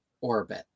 orbit